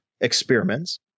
experiments